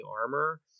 armor